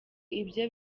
ibyo